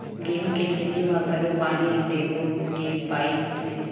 गेहूं के खेती म घोला पानी देबो के पाइप से?